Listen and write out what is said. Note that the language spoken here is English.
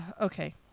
okay